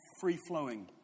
free-flowing